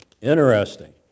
Interesting